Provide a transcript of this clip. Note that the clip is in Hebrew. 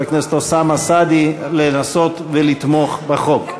הכנסת אוסאמה סעדי לנסות ולתמוך בחוק.